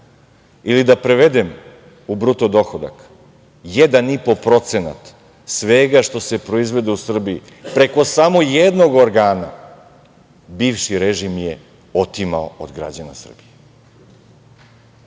ili, da prevedem u bruto dohodak, 1,5% svega što se proizvede u Srbiji preko samo jednog organa bivši režim je otimao od građana Srbije. Ja